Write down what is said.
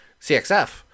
CXF